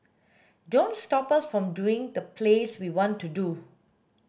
don't stop us from doing the plays we want to do